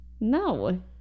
No